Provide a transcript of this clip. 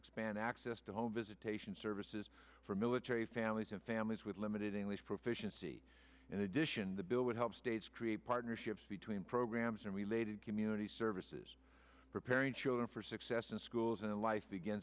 expand access to home visitation services for military families and families with limited english proficiency in addition the bill would help states create partnerships between programs and related community services preparing children for success in schools and life begin